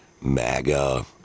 MAGA